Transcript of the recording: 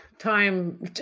time